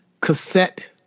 cassette